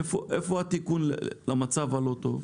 איפה התיקון למצב הלא טוב?